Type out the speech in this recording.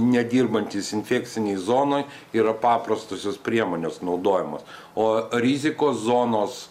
nedirbantys infekcinėj zonoj yra paprastosios priemonės naudojamos o rizikos zonos